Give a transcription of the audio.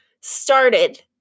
started